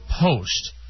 Post